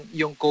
yung